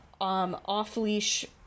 off-leash